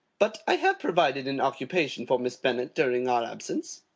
but i have provided an occupation for miss bennet during our absence.